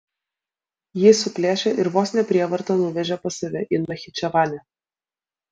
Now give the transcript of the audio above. jį suplėšė ir vos ne prievarta nuvežė pas save į nachičevanę